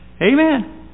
Amen